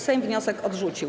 Sejm wniosek odrzucił.